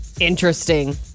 Interesting